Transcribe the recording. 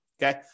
Okay